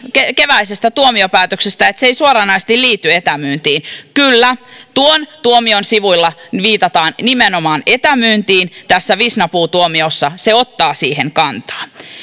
keväisestä tuomioistuinpäätöksestä että se ei suoranaisesti liity etämyyntiin kyllä tuon tuomion sivuilla viitataan nimenomaan etämyyntiin tässä visnapuu tuomiossa se ottaa siihen kantaa